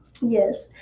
Yes